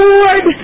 Lord